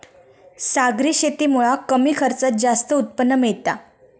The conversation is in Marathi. सागरी शेतीमुळा कमी खर्चात जास्त उत्पन्न मिळता